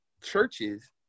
churches